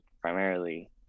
primarily